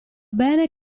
bene